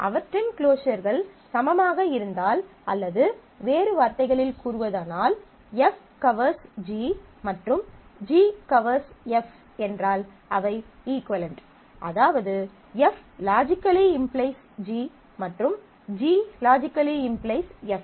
அவற்றின் க்ளோஸர்கள் சமமாக இருந்தால் அல்லது வேறு வார்த்தைகளில் கூறுவதானால் F கவர்ஸ் G மற்றும் G கவர்ஸ் F என்றால் அவை இஃக்குவளென்ட் அதாவது F லாஜிக்கலி இம்ப்ளைஸ் G மற்றும் G லாஜிக்கலி இம்ப்ளைஸ் F